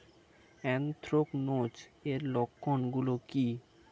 Anthracnose এর লক্ষণ গুলো কি কি?